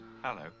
Hello